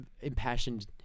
impassioned